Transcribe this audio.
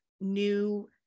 new